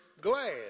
glad